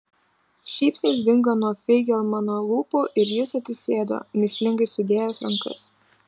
šypsnys dingo nuo feigelmano lūpų ir jis atsisėdo mįslingai sudėjęs rankas